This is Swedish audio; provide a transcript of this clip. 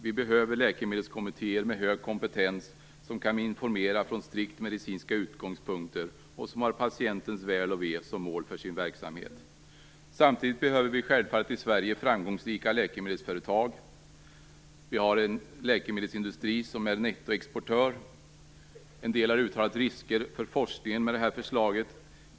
Vi behöver läkemedelskommittéer med hög kompetens, som kan informera från strikt medicinska utgångspunkter och som har patientens väl och ve som mål för sin verksamhet. Samtidigt behöver vi självfallet i Sverige framgångsrika läkemedelsföretag. Vi har en läkemedelsindustri som är nettoexportör. En del har uttalat oro över risker för forskningen med det här förslaget.